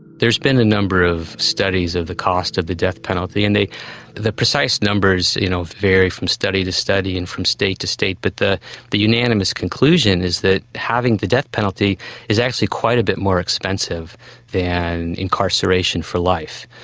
there have been a number of studies of the cost of the death penalty, and the precise numbers you know vary from study to study and from state to state, but the the unanimous conclusion is that having the death penalty is actually quite a bit more expensive than incarceration for life,